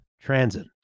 transit